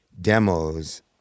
demos